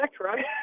right